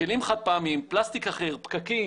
כלים חד-פעמיים, פלסטיק אחר, פקקים,